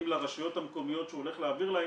לרשויות המקומיות שהוא הולך להעביר להם,